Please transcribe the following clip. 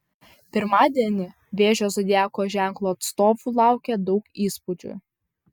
pirmadienį vėžio zodiako ženklo atstovų laukia daug įspūdžių